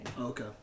Okay